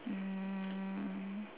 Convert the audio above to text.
um